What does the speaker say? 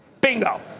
Bingo